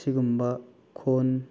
ꯑꯁꯤꯒꯨꯝꯕ ꯈꯣꯟ